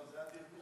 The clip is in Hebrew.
זה התרגום.